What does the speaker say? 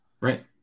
Right